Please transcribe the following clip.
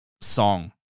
song